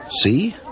See